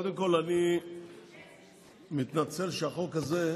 התשפ"ד 2023,